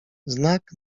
znak